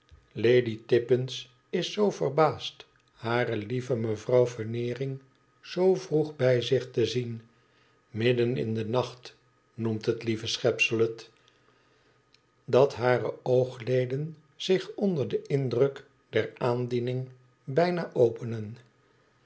lady tippins is zoo verbaasd hare lieve mevrouw veneering zoo vroeg bij zich te zien midden in den nacht noemt het lieve schepsel het dat hare oogleden zich onder den indruk der aandiening bijna openen